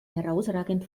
herausragend